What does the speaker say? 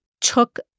took